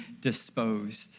disposed